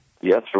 Yes